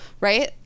right